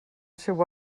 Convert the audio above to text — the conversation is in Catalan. seu